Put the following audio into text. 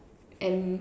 and